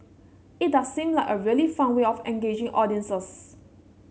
it does seem like a really fun way of engaging audiences